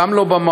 גם לא במעון,